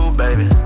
baby